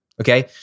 okay